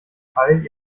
teil